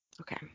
Okay